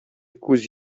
күз